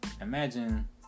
Imagine